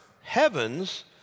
heavens